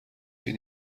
این